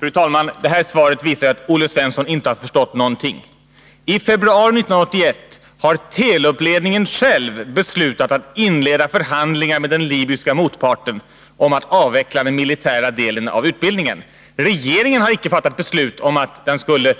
Fru talman! Det här svaret visar att Olle Svensson inte har förstått någonting. I februari 1981 har Telub-ledningen själv beslutat att inleda förhandlingar med den libyska motparten om att avveckla den militära delen av utbildningen. Regeringen har icke fattat beslut om att den skulle